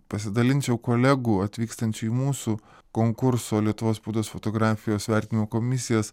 pasidalinčiau kolegų atvykstančių į mūsų konkurso lietuvos spaudos fotografijos vertinimo komisijas